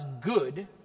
good